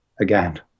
Again